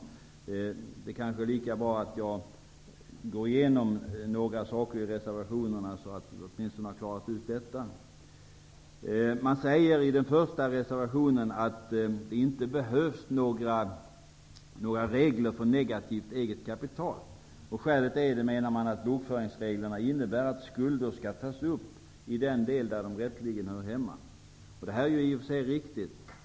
Därför är det kanske lika bra att jag går igenom några saker i reservationerna, så att vi åtminstone har klarat ut de frågorna. I reservation 1 säger Ny demokrati att det inte behövs några regler för negativt eget kapital. Skälet är, menar man, att bokföringsreglerna innebär att skulder skall tas upp i den del där de rätteligen hör hemma. Detta är i och för sig riktigt.